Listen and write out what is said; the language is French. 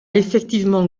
effectivement